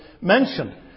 mentioned